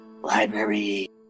Library